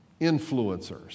influencers